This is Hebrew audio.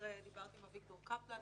במקרה אתמול דיברתי עם אביגדור קפלן,